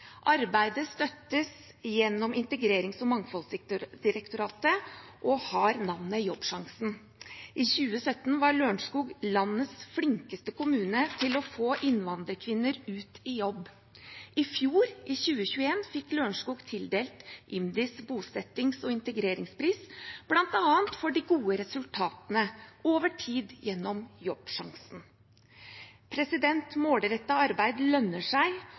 Arbeidet støttes av Integrerings- og mangfoldsdirektoratet, IMDi, og har navnet «Jobbsjansen». I 2017 var Lørenskog landets flinkeste kommune til å få innvandrerkvinner ut i jobb. I fjor, i 2021, fikk Lørenskog tildelt IMDis bosettings- og integreringspris, bl.a. for de gode resultatene over tid gjennom Jobbsjansen. Målrettet arbeid lønner seg,